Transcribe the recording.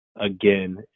again